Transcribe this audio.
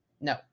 No